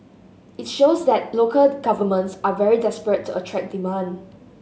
it shows that local governments are very desperate to attract demand